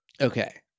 Okay